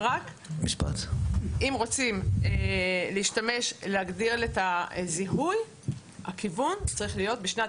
אם רוצים להשתמש ולהגדיל את הזיהוי הכיוון בשנת